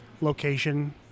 location